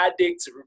addicts